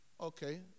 Okay